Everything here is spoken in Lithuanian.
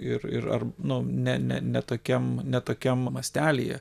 ir ir nu ne ne ne tokiam ne tokiam mastelyje